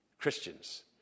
Christians